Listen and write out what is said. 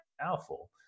powerful